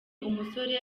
umusore